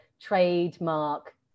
trademark